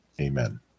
Amen